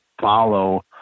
follow